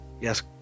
Yes